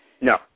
No